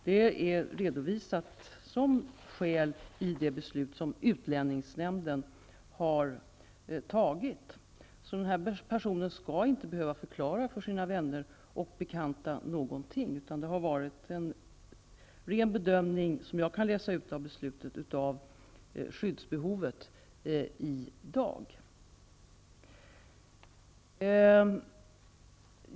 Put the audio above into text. Det är redovisat som skäl i det beslut som utlänningsnämnden har fattat. Den här personen skall alltså inte behöva förklara någonting för sina vänner och bekanta, utan det har varit en ren bedömning -- såvitt jag kan utläsa av beslutet -- av skyddsbehovet i dag.